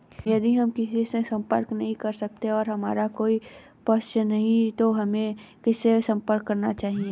यदि हम किसी से संपर्क नहीं कर सकते हैं और हमारा कोई प्रश्न है तो हमें किससे संपर्क करना चाहिए?